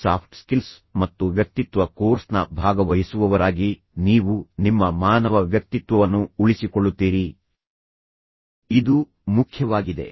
ಈ soft skills ಮತ್ತು ವ್ಯಕ್ತಿತ್ವ ಕೋರ್ಸ್ನ ಭಾಗವಹಿಸುವವರಾಗಿ ನೀವು ನಿಮ್ಮ ಮಾನವ ವ್ಯಕ್ತಿತ್ವವನ್ನು ಉಳಿಸಿಕೊಳ್ಳುತ್ತೀರಿ ಇದು ಮುಖ್ಯವಾಗಿದೆ